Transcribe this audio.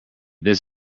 this